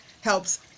helps